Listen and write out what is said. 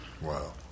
Wow